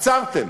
עצרתם.